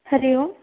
हरिः ओम्